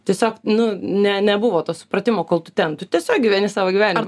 tiesiog nu ne nebuvo to supratimo kol tu ten tu tiesiog gyveni savo gyvenimą